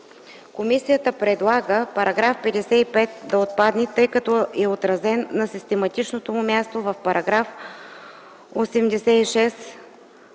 Комисията предлага § 55 да отпадне, тъй като е отразен на систематичното му място в § 86,